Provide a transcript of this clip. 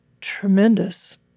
tremendous